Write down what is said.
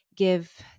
Give